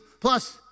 plus